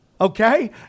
Okay